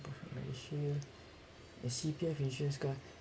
does C_P_F insurance got